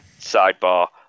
Sidebar